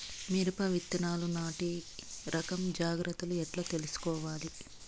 మిరప విత్తనాలు నాటి రకం జాగ్రత్తలు ఎట్లా తీసుకోవాలి?